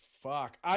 fuck